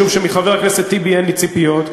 משום שמחבר הכנסת טיבי אין לי ציפיות,